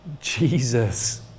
Jesus